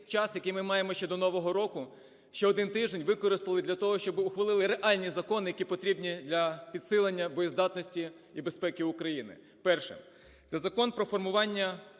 який ми маємо ще до нового року ще один тиждень, використали для того, щоб ухвалили реальні закони, які потрібні для підсилення боєздатності і безпеки України. Перше – це Закон про формування